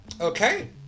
Okay